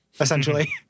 essentially